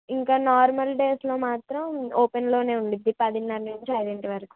ఇంకా నార్మల్ డేస్లో మాత్రం ఓపెన్లోనే ఉంటుంది పదిన్నర నుంచి ఐదింటి వరకు